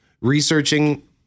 researching